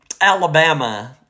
Alabama